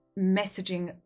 messaging